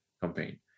campaign